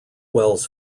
wells